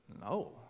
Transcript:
no